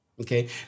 Okay